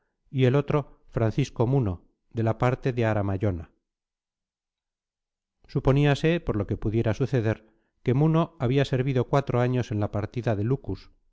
y el otro francisco muno de la parte de aramayona suponíase por lo que pudiera suceder que muno había servido cuatro años en la partida de lucus